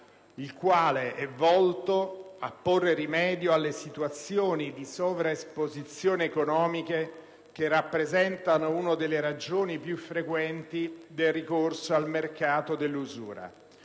il quale è volto a porre rimedio alle situazioni di sovraesposizioni economiche che rappresentano una delle ragioni più frequenti del ricorso al mercato dell'usura.